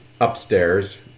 upstairs